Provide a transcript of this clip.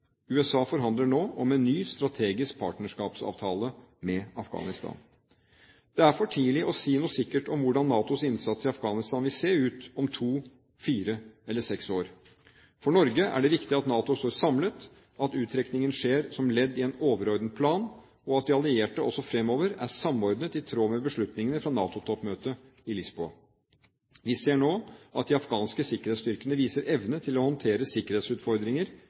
USA forhandler nå om en ny strategisk partnerskapsavtale med Afghanistan. Det er for tidlig å si noe sikkert om hvordan NATOs innsats i Afghanistan vil se ut om to, fire eller seks år. For Norge er det viktig at NATO står samlet, at uttrekningen skjer som ledd i en overordnet plan, og at de allierte også fremover er samordnet i tråd med beslutningene fra NATO-toppmøtet i Lisboa. Vi ser nå at de afghanske sikkerhetsstyrkene viser evne til håndtere sikkerhetsutfordringer